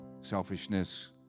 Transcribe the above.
selfishness